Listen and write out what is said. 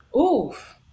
Oof